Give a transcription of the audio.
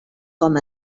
com